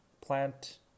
plant